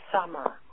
summer